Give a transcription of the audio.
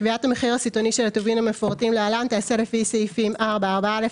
קביעת המחיר הסיטוני של הטובין המפורטים להלן תיעשה לפי סעיפים 4 ,4א,